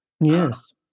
Yes